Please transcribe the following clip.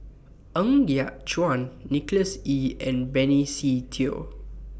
Ng Yat Chuan Nicholas Ee and Benny Se Teo